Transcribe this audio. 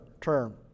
term